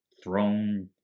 throne